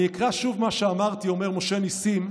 אני אקרא שוב מה שאמרתי", אומר משה נסים,